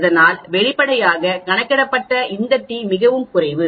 அதனால் வெளிப்படையாக கணக்கிடப்பட்ட இந்த டி மிகவும் குறைவு